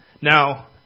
now